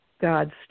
God's